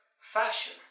Fashion